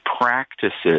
practices